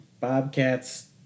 bobcats